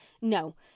No